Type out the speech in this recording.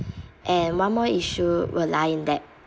and one more issue will lie in that